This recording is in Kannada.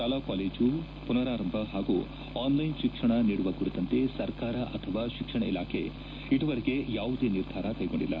ಶಾಲಾ ಕಾಲೇಜು ಪುನರಾರಂಭ ಹಾಗೂ ಆನ್ಲೈನ್ ಶಿಕ್ಷಣ ನೀಡುವ ಕುರಿತಂತೆ ಸರ್ಕಾರ ಅಥವಾ ಶಿಕ್ಷಣ ಇಲಾಖೆ ಇದುವರೆಗೆ ಯಾವುದೇ ನಿರ್ಧಾರ ಕೈಗೊಂಡಿಲ್ಲ